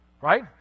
right